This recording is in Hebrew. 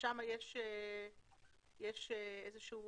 ויש שם